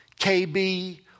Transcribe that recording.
KB